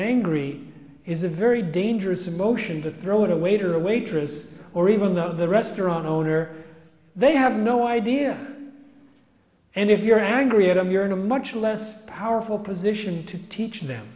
angry is a very dangerous emotion to throw it away to a waitress or even though the restaurant owner they have no idea and if you're angry at them you're in a much less powerful position to teach them